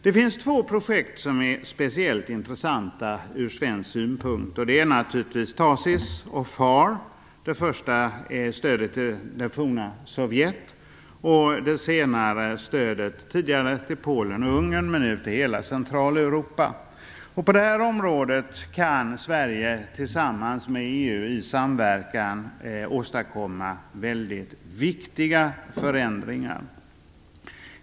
Det finns två projekt som är speciellt intressant ur svensk synpunkt. Det är naturligtvis TACIS och PHARE. Det första är stödet till det forna Sovjet och det senare stödet som tidigare gick till Polen och Ungern men som nu går till hela Centraleuropa. På det här området kan Sverige i samverkan med EU åstadkomma mycket viktiga förändringar.